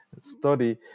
study